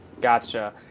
Gotcha